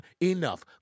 enough